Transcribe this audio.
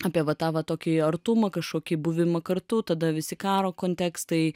apie va tą va tokį artumą kažkokį buvimą kartu tada visi karo kontekstai